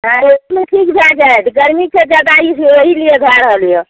हँ ई अपने ठीक भए जायत गर्मी छै जादा ई जो ओही लिये भए रहल यऽ